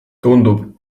tundub